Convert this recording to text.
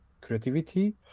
creativity